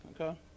okay